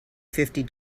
fifty